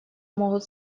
могут